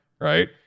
right